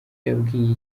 yabwiye